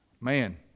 Man